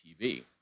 TV